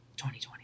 2020